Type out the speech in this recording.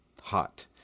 hot